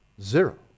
Zero